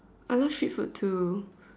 I love street food too